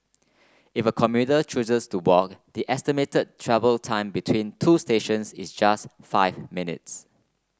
if a commuter chooses to walk the estimated travel time between the two stations is just five minutes